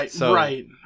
Right